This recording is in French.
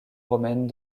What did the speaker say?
romaines